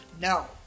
no